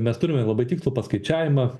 mes turime labai tikslų paskaičiavimą